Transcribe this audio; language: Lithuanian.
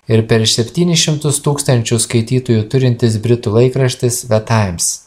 ir per septynis šimtus tūkstančių skaitytojų turintis britų laikraštis ve taims